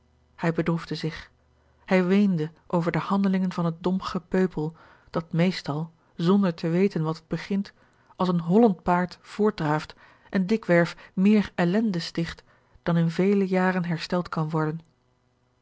hij bedroefde zich hij weende over de handelingen van het dom gepeupel dat meestal zonder te weten wat het begint als een hollend paard voortdraaft en dikwerf meer ellende sticht dan in vele jaren hersteld kan worden